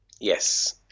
yes